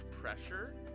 pressure